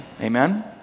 Amen